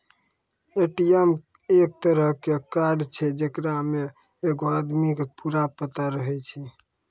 ATM एक तरहो के कार्ड छै जेकरा मे एगो आदमी के पूरा पता रहै छै